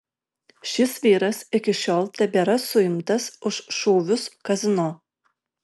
šis vyras iki šiol tebėra suimtas už šūvius kazino